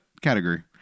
category